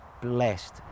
blessed